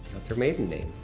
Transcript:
that's her maiden name,